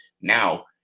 now